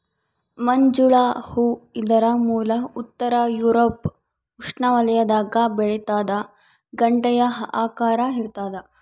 ಮಂಜುಳ ಹೂ ಇದರ ಮೂಲ ಉತ್ತರ ಯೂರೋಪ್ ಉಷ್ಣವಲಯದಾಗ ಬೆಳಿತಾದ ಗಂಟೆಯ ಆಕಾರ ಇರ್ತಾದ